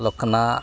ᱞᱚᱠᱷᱱᱟ